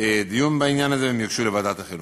הדיון בעניין הזה וההנחיות יוגשו לוועדת החינוך.